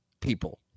people